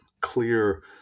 clear